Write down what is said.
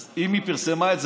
אז אם היא פרסמה את זה,